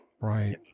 Right